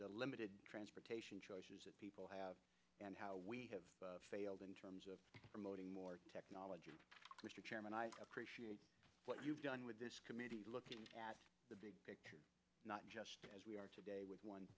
the limited transportation people have and how we have failed in terms of promoting more technology mr chairman i appreciate what you've done with this committee looking at the big picture not just as we are today with one